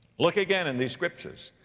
look again in these scriptures,